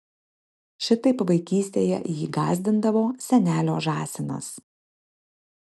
šitaip vaikystėje jį gąsdindavo senelio žąsinas